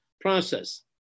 process